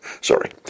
Sorry